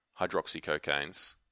hydroxycocaines